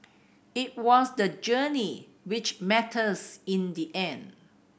it was the journey which matters in the end